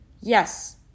yes